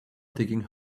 digging